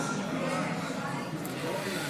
לא נתקבלו.